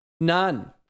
None